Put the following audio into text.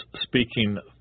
speaking